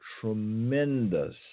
tremendous